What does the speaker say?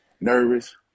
nervous